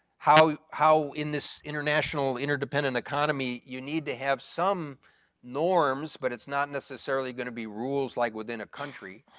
how how in this international interdependent economy, you need to have some norms but it's not necessarily gonna be rules like within a country.